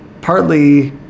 partly